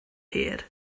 hir